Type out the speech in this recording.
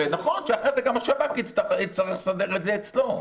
נכון שאחרי זה גם השב"כ יצטרך לסדר את זה אצלו.